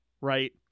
right